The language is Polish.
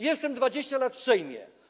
Jestem 20 lat w Sejmie.